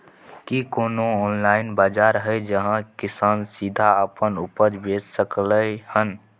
की कोनो ऑनलाइन बाजार हय जहां किसान सीधा अपन उपज बेच सकलय हन?